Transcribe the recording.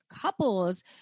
couples